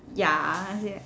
ya